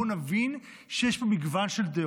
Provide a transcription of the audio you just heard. בואו נבין שיש פה מגוון של דעות.